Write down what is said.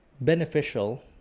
beneficial